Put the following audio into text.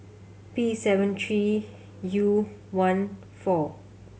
P seven three U one four